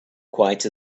quite